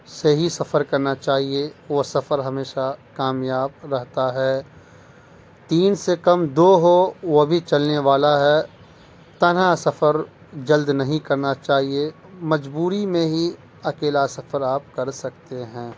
سے ہی سفر کرنا چاہیے وہ سفر ہمیشہ کامیاب رہتا ہے تین سے کم دو ہو وہ بھی چلنے والا ہے تنہا سفر جلد نہیں کرنا چاہیے مجبوری میں ہی اکیلا سفر آپ کر سکتے ہیں